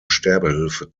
sterbehilfe